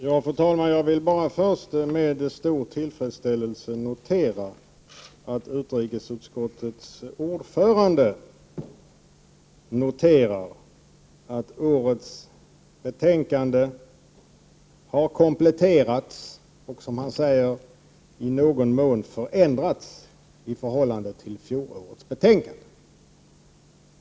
Fru talman! Jag vill först med stor tillfredsställelse notera att utrikesutskottets ordförande sade att årets betänkande har kompletterats och, som han sade, i någon mån förändrats i förhållande till fjolårets betänkande.